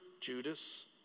Judas